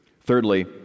Thirdly